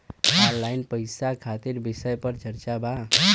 Online पैसा खातिर विषय पर चर्चा वा?